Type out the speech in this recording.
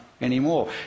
anymore